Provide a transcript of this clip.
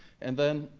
and then,